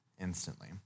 instantly